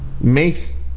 makes